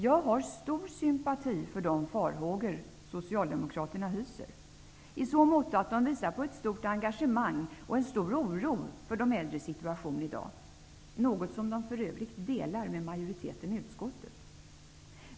Jag har stor sympati för de farhågor som man hyser i Socialdemokraterna i så måtto att de visar på ett stort engagemang och en stor oro för de äldres situation i dag. Denna oro delar de för övrigt med majoriteten i utskottet.